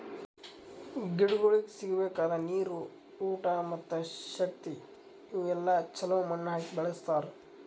ಗಿಡಗೊಳಿಗ್ ಸಿಗಬೇಕಾದ ನೀರು, ಊಟ ಮತ್ತ ಶಕ್ತಿ ಇವು ಎಲ್ಲಾ ಛಲೋ ಮಣ್ಣು ಹಾಕಿ ಬೆಳಸ್ತಾರ್